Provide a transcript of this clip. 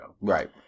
right